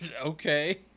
Okay